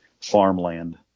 farmland